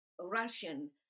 Russian